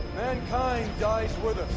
mankind dies with